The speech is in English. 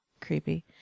creepy